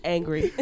Angry